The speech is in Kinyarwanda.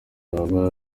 baba